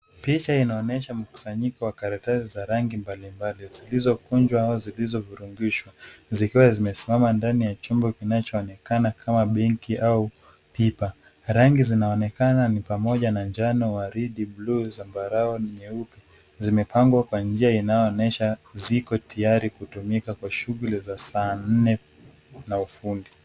Picha inaonyesha mkusanyiko wa rangi mbalimbali zilizokunjwa au zilizovurunjishwa zikiwa zimesimama ndani ya chumba kinachoonekana kama benki au pipa. Rangi zinaonekana pamoja na waridi, bluu, manjano, zambarao na nyeupe. Zimepangwa kwa njia inayoonyesha ziko tayari kutumika kwa shughuli za saa nne za ufundi.